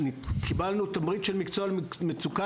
קיבלנו תמריץ של מקצוע במצוקה,